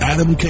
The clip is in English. Adam